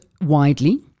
widely